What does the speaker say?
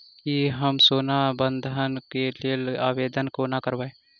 की हम सोना बंधन कऽ लेल आवेदन कोना करबै?